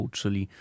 czyli